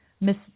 Miss